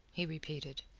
he repeated,